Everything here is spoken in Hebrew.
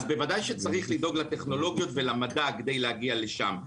אז בוודאי שצריך לדאוג לטכנולוגיות ולמדע כדי להגיע לשם,